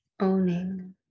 owning